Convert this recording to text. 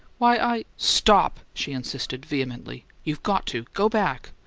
why, i stop! she insisted, vehemently. you've got to! go back!